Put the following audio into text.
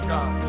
God